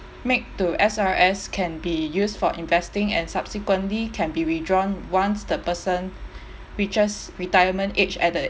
make to S_R_S can be used for investing and subsequently can be withdrawn once the person reaches retirement age at the